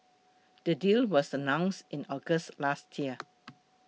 the deal was announced in August last year